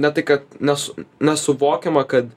ne tai kad nesu nesuvokiama kad